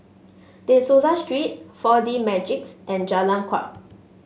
De Souza Street Four D Magix and Jalan Kuak